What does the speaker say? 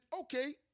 okay